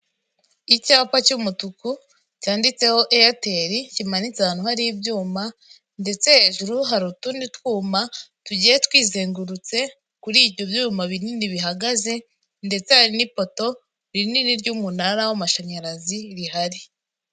Icyapa cy'umutuku cyanditseho Eyateri kimanitse ahantu hari ibyuma ndetse hejuru hari utundi twuma tugiye twizengurutse kuri ibyo byuma binini bihagaze ndetse hari n'ipoto rinini ry'umunara w'amashanyarazi rihari.